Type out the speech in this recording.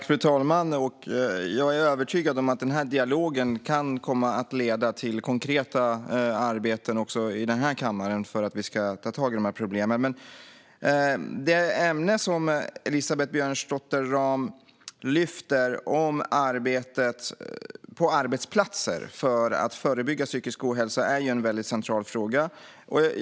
Fru talman! Jag är övertygad om att denna dialog kan komma att leda till konkreta arbeten också i denna kammare för att ta tag i problemen. Det ämne som Elisabeth Björnsdotter Rahm lyfter - arbetet på arbetsplatser för att förebygga psykisk ohälsa - är väldigt centralt.